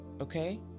okay